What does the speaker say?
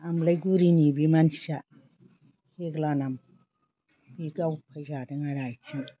आमलाइगुरिनि बे मानसिया हेग्ला नाम बे गावफाय जादों आरो आथिङाव